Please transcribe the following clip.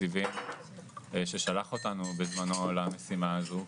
התקציבים ששלח אותנו בזמנו למשימה הזאת,